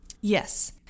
Yes